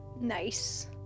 Nice